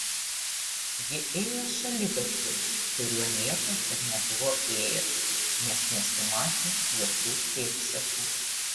ji ėjo šaligatviu kuriuo niekas dar nebuvo ėjęs nes nesimatė jokių pėdsakų